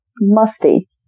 musty